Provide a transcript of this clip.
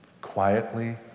quietly